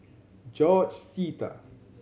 George Sita